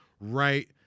right